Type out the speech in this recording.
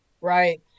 Right